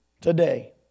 today